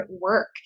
work